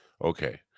Okay